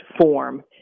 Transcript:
form